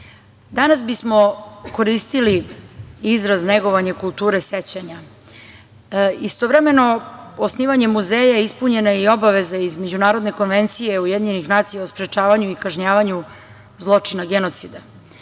Danas bismo koristili izraz negovanja kulture sećanja. Istovremeno, osnivanjem muzeja ispunjena je i obaveza iz Međunarodne konvencije UN o sprečavanju i kažnjavanju zločina genocida.